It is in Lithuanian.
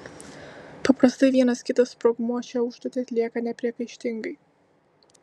paprastai vienas kitas sprogmuo šią užduotį atlieka nepriekaištingai